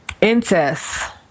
incest